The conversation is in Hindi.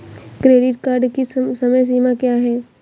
क्रेडिट कार्ड की समय सीमा क्या है?